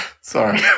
Sorry